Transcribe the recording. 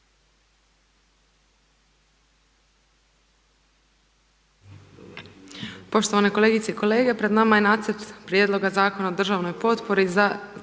Poštovane kolegice i kolege. Pred nama je Nacrt prijedloga zakona o državnoj potpori za